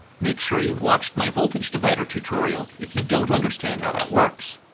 make sure you've watched my voltage divider tutorial if you don't understand how that works.